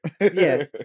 Yes